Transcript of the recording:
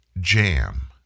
jam